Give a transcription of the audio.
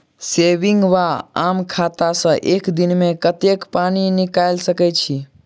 Saving वा आम खाता सँ एक दिनमे कतेक पानि निकाइल सकैत छी?